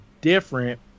different